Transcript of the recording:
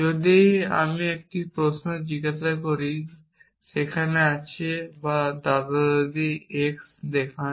যদি আমি একটি প্রশ্ন জিজ্ঞাসা করি সেখানে আছে বা দাদা দাদি এক্স দেখান